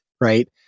Right